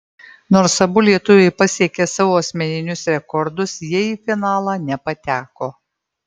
nors abu lietuviai pasiekė savo asmeninius rekordus jie į finalą nepateko